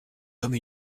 comme